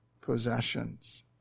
possessions